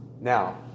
Now